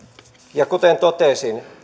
ja kuten totesin